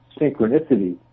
synchronicity